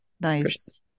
Nice